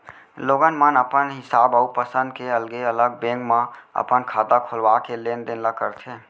लोगन मन अपन हिसाब अउ पंसद के अलगे अलग बेंक म अपन खाता खोलवा के लेन देन ल करथे